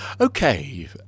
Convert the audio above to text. Okay